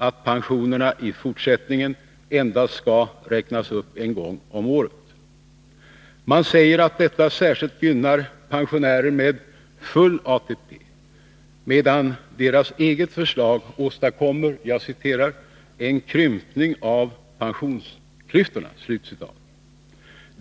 att pensionerna i fortsättningen endast skall räknas upp en gång om året. Man säger att detta särskilt gynnar pensionärer med full ATP, medan deras eget förslag åstadkommer ”en krympning av pensionsklyftorna”.